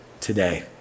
today